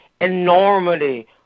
enormity